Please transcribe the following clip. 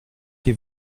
qui